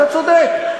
אתה צודק.